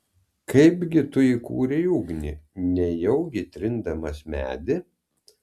kaipgi tu įkūrei ugnį nejaugi trindamas medį